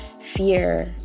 fear